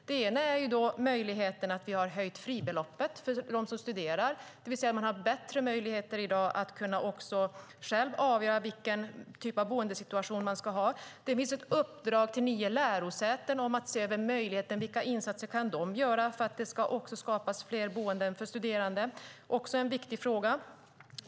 Den ena är att vi har höjt fribeloppet för dem som studerar, det vill säga man har större möjligheter i dag att själv avgöra vilken typ av boendesituation man ska ha. Det finns ett uppdrag till nio lärosäten att se över vilka insatser de kan göra för att skapa fler boenden för studerande. Det är också en viktig fråga.